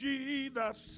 Jesus